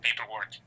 paperwork